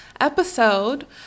episode